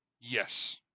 Yes